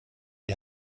die